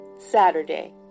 saturday